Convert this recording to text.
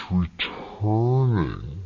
returning